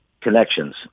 connections